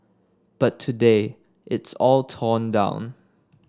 but today it's all torn down